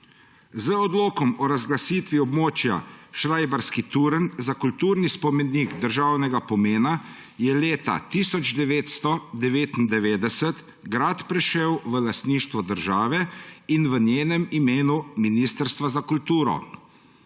Z odlokom o razglasitvi območja Šrajbarski turn za kulturni spomenik državnega pomena je leta 1999 grad prešel v lastništvo države in v njenem imenu Ministrstva za kulturo.